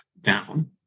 down